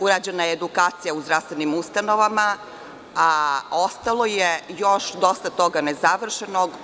Urađena je edukacija u zdravstvenim ustanovama, a ostalo je još dosta toga nezavršenog.